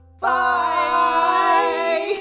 Bye